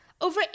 Over